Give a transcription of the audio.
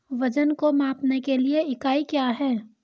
वजन को मापने के लिए इकाई क्या है?